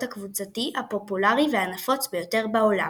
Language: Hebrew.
הקבוצתי הפופולרי והנפוץ ביותר בעולם.